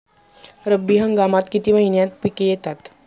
रब्बी हंगामात किती महिन्यांत पिके येतात?